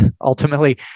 ultimately